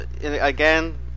Again